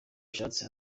ashatse